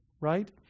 right